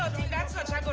that's such a